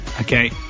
okay